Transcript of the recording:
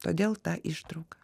todėl ištrauka